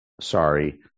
Sorry